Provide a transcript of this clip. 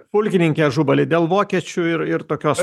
pulkininke ažubalį dėl vokiečių ir ir tokios